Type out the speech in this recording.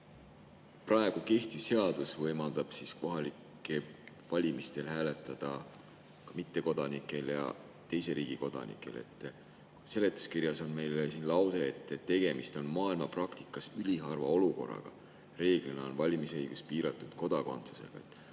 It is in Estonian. Praegu kehtiv seadus võimaldab kohalikel valimistel hääletada ka mittekodanikel ja teise riigi kodanikel. Seletuskirjas on lause, et tegemist on maailma praktikas üliharva olukorraga, reeglina on valimisõigus piiratud kodakondsusega.